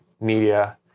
media